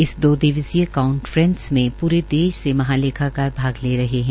इस दो दिवसीय कांफ्रेस में पूरे देश से महालेखाकार भाग ले रहे है